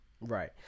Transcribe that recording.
right